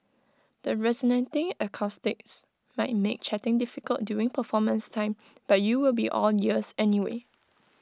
the resonating acoustics might make chatting difficult during performance time but you will be all ears anyway